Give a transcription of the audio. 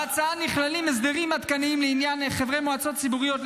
בהצעה נכללים הסדרים עדכניים לעניין חברי מועצות ציבוריות,